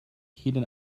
hidden